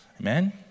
Amen